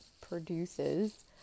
produces